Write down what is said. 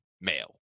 male